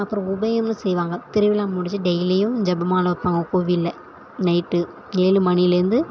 அப்புறம் உபயம்னு செய்வாங்க திருவிழா முடித்து டெய்லியும் ஜெபமாலை வைப்பாங்க கோவிலில் நைட்டு ஏழு மணிலேருந்து